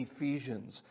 Ephesians